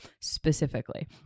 specifically